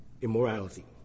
immorality